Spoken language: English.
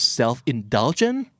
self-indulgent